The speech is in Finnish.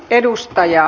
edustaja